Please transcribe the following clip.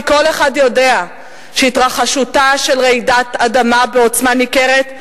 כי כל אחד יודע שהתרחשותה של רעידת אדמה בעוצמה ניכרת,